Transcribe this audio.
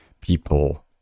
people